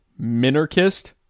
minarchist